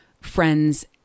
friends